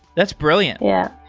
that's brilliant. yeah,